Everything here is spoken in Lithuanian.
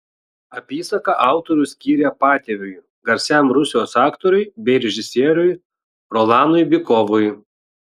apysaką autorius skyrė patėviui garsiam rusijos aktoriui bei režisieriui rolanui bykovui